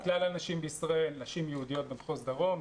כלל הנשים בישראל, נשים יהודיות במחוז דרום,